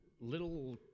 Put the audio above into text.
little